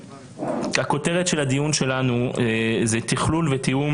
הכותרת של הדיון שלנו היא תכלול ותיאום